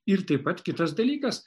ir taip pat kitas dalykas